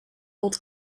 old